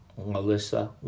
Melissa